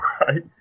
right